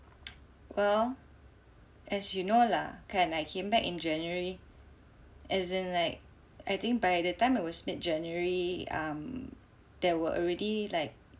well as you know lah kan I came back in January as in like I think by the time it was mid January um there were already like